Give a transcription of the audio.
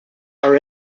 are